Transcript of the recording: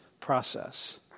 process